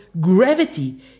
gravity